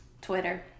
Twitter